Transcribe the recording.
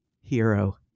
hero